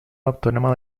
autónoma